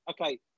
Okay